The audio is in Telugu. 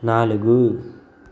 నాలుగు